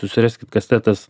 susiraskit kastetas